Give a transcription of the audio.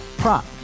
Prop